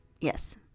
Yes